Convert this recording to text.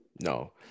No